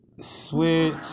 Switch